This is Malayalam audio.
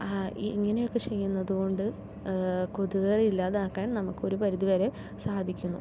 ഇങ്ങനെയൊക്കെ ചെയ്യുന്നതുകൊണ്ട് കൊതുകുകൾ ഇല്ലാതാക്കാൻ നമുക്ക് ഒരു പരിധിവരെ സാധിക്കുന്നു